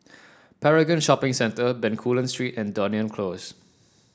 Paragon Shopping Centre Bencoolen Street and Dunearn Close